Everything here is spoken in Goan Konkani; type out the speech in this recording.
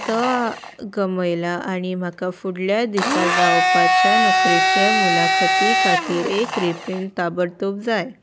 तो गमयला आनी म्हाका फुडल्या दिसा जावपाच्या नोकरेच्या मुलाखती खातीर एक रिप्रिंट ताबडतोब जाय